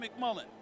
McMullen